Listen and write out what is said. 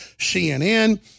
CNN